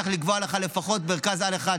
צריך לקבוע לך לפחות מרכז-על אחד,